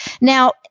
Now